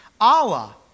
Allah